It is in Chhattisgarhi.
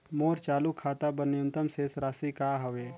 मोर चालू खाता बर न्यूनतम शेष राशि का हवे?